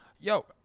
Yo